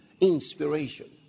inspiration